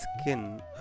skin